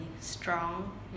Strong